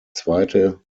zweite